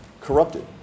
corrupted